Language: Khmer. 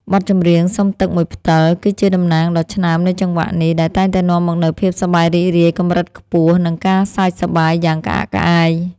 បទចម្រៀង សុំទឹកមួយផ្តិល គឺជាតំណាងដ៏ឆ្នើមនៃចង្វាក់នេះ ដែលតែងតែនាំមកនូវភាពសប្បាយរីករាយកម្រិតខ្ពស់ និងការសើចសប្បាយយ៉ាងក្អាកក្អាយ។